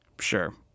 sure